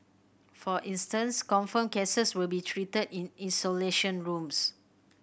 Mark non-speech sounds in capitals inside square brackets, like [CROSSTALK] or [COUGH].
for instance confirmed cases will be treated in [UNINTELLIGIBLE] rooms